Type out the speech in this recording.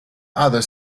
other